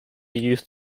youth